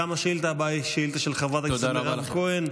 גם השאילתה הבאה היא של חברת הכנסת מירב כהן,